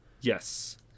yes